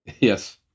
Yes